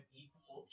equal